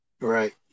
Right